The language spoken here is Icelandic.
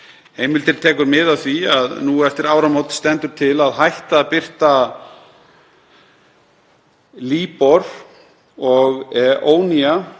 Heimildin tekur mið af því að nú eftir áramót stendur til að hætta að birta Libor og